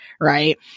right